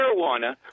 marijuana